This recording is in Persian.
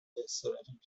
اضطراری